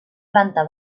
planta